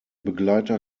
begleiter